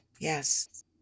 Yes